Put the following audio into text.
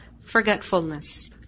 forgetfulness